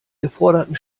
geforderten